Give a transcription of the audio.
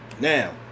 Now